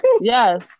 yes